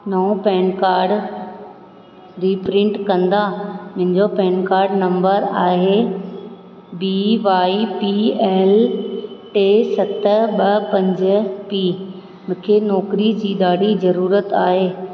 नओ PAN card reprint कंदा मुंहिंजो पैन कार्ड नम्बर आहे बी वाए पी एल टे सत ॿ पंज पी मूंखे नौकरीअ जी ॾाढी ज़रूरत आहे